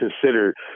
considered